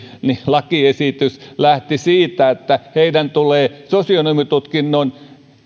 lakiesitys lähti siitä että tämän muutoksen jälkeen heidän tulee sosionomitutkinnon